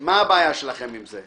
מה הבעיה שלכם עם זה?